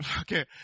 Okay